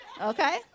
Okay